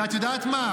ואת יודעת מה,